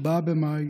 4 במאי,